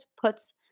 puts